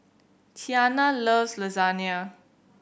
Tianna loves Lasagna